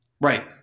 Right